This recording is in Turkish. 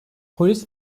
polis